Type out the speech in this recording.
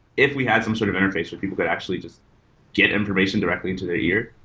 if we had some sort of interface with people that actually just get information directly into their ear,